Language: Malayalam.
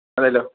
അതേലോ